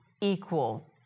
equal